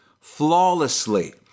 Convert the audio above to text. flawlessly